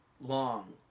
long